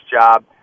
job